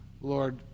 Lord